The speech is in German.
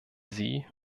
sie